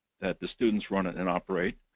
that the students run and operate,